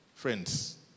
Friends